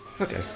Okay